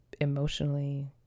emotionally